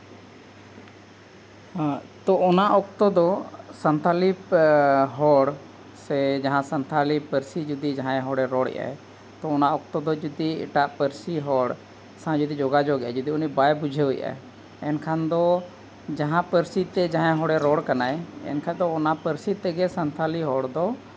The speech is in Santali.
ᱛᱚ ᱚᱱᱟ ᱚᱠᱛᱚ ᱫᱚ ᱥᱟᱱᱛᱷᱟᱞᱤ ᱦᱚᱲ ᱥᱮ ᱡᱟᱦᱟᱸ ᱥᱟᱱᱛᱷᱟᱞᱤ ᱯᱟᱹᱨᱥᱤ ᱡᱩᱫᱤ ᱡᱟᱦᱟᱸᱭ ᱦᱚᱲᱮ ᱨᱚᱲᱮᱫᱼᱟᱭ ᱛᱚ ᱚᱱᱟ ᱚᱠᱛᱚ ᱫᱚ ᱡᱩᱫᱤ ᱮᱴᱟᱜ ᱯᱟᱹᱨᱥᱤ ᱦᱚᱲ ᱥᱟᱶ ᱡᱩᱫᱤ ᱡᱳᱜᱟᱡᱳᱜᱮᱫᱼᱟᱭ ᱡᱩᱫᱤ ᱩᱱᱤ ᱵᱟᱭ ᱵᱩᱡᱷᱟᱹᱣᱮᱫᱼᱟ ᱮᱱᱠᱷᱟᱱ ᱫᱚ ᱡᱟᱦᱟᱸ ᱯᱟᱹᱨᱥᱤᱛᱮ ᱡᱟᱦᱟᱸᱭ ᱦᱚᱲᱮ ᱨᱚᱲ ᱠᱟᱱᱟᱭ ᱮᱱᱠᱷᱟᱡᱽ ᱫᱚ ᱚᱱᱟ ᱯᱟᱹᱨᱥᱤ ᱛᱮᱜᱮ ᱥᱟᱱᱛᱷᱟᱞᱤ ᱦᱚᱲ ᱫᱚ